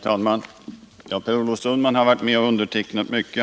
Herr talman! Per Olof Sundman har varit med och undertecknat mycket.